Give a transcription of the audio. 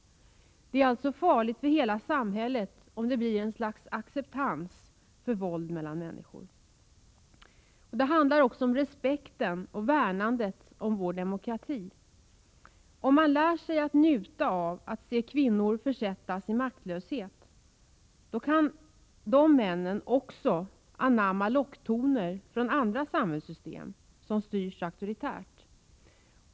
Det är farligt för hela samhället, om det blir ett slags acceptans för våld mellan människor. Det handlar om respekten för och värnandet om vår demokrati. Om män lär sig njuta av att se kvinnor försättas i maktlöshet, då kan de också anamma locktoner från andra samhällssystem som styrs auktoritärt.